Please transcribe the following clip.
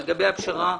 לגבי הפשרה,